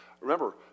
Remember